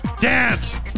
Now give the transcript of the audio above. dance